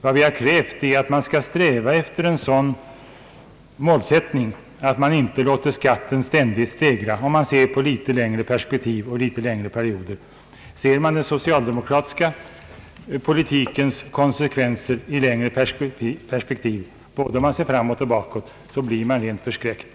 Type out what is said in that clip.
Vad vi har krävt är att man skall sträva efter en målsättning som gör att skatten inte ständigt stegras, sett med litet större perspektiv och under längre perioder. Ser man den socialdemokratiska politiken ur litet större perspektiv både framåt och bakåt blir man rent förskräckt.